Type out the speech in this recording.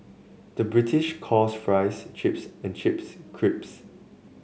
the British calls fries chips and chips crisps